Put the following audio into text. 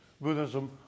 Buddhism